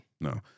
No